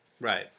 Right